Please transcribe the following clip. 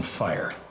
fire